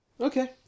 Okay